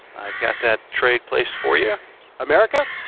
i've got that trade placed for you america,